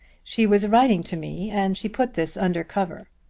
she was writing to me and she put this under cover.